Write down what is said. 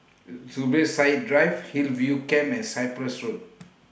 Zubir Said Drive Hillview Camp and Cyprus Road